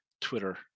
Twitter